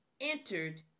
entered